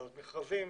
ועדות מכרזים,